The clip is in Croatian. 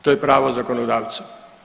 To je pravo zakonodavca.